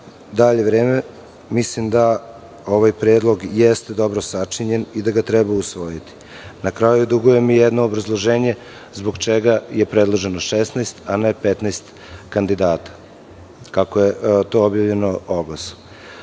dalje vreme. Mislim da ovaj predlog jeste dobro sačinjen i da ga treba usvojiti. Na kraju, dugujem jedno obrazloženje zbog čega je predloženo 16 a ne 15 kandidata, kako je to objavljeno u oglasu.